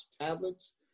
tablets